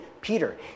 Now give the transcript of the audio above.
Peter